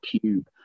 cube